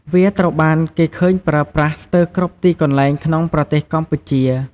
វាត្រូវបានគេឃើញប្រើប្រាស់ស្ទើរគ្រប់ទីកន្លែងក្នុងប្រទេសកម្ពុជា។